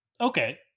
Okay